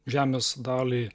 žemės dalį